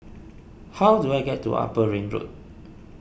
how do I get to Upper Ring Road